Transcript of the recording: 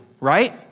right